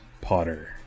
potter